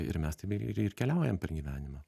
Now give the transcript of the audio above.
ir mes taip ir ir ir keliaujam per gyvenimą